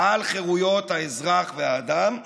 על חירויות האזרח והאדם,